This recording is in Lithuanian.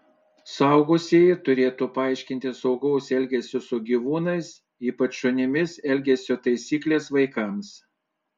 suaugusieji turėtų paaiškinti saugaus elgesio su gyvūnais ypač šunimis elgesio taisykles vaikams